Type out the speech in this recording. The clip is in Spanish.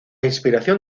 inspiración